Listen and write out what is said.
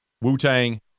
Wu-Tang